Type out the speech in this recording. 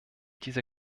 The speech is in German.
diese